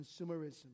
consumerism